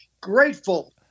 grateful